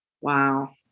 wow